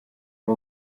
aba